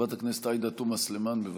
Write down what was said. חברת הכנסת עאידה תומא סלימאן, בבקשה.